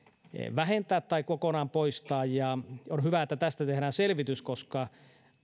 vähentää tai kokonaan poistaa on hyvä että tästä tehdään selvitys koska